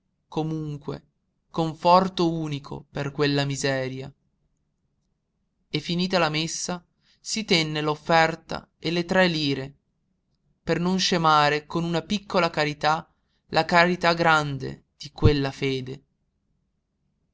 comunque conforto unico per quella miseria e finita la messa si tenne l'offerta e le tre lire per non scemare con una piccola carità la carità grande di quella fede